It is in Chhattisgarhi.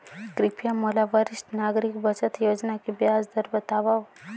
कृपया मोला वरिष्ठ नागरिक बचत योजना के ब्याज दर बतावव